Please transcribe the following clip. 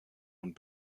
und